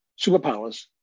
superpowers